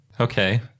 Okay